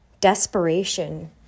desperation